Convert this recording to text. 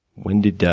when did